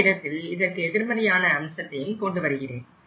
இந்த இடத்தில் இதற்கு எதிர்மறையான அம்சத்தையும் கொண்டு வருகிறேன்